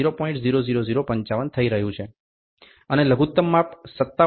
00055 થઈ રહ્યું છે અને લઘુત્તમ માપ 57